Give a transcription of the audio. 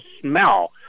smell